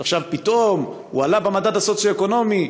שעכשיו פתאום היא עלתה במדד הסוציו-אקונומי,